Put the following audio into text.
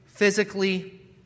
physically